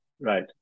Right